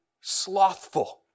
slothful